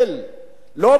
לא בתחום הדת,